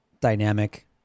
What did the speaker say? dynamic